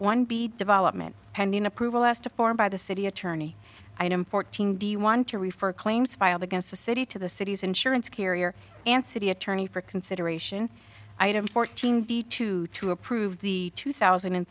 one b development pending approval as to form by the city attorney i am fourteen do you want to refer claims filed against the city to the city's insurance carrier and city attorney for consideration item fourteen d two to approve the two thousand and